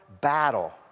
battle